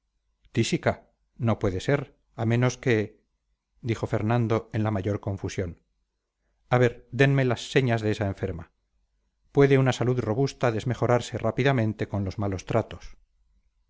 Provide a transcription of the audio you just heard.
tísica no puede ser a menos que dijo fernando en la mayor confusión a ver denme las señas de esa enferma puede una salud robusta desmejorarse rápidamente con los malos tratos